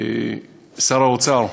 שר האוצר,